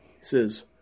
says